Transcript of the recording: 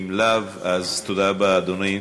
אם לאו, אז תודה רבה, אדוני.